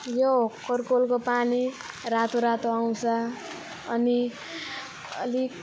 यो करकोलको पानी रातो रातो आउँछ अनि अलिक